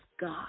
God